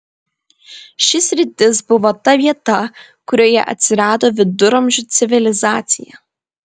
ši sritis buvo ta vieta kurioje atsirado viduramžių civilizacija